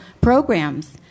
programs